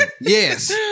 Yes